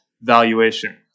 valuation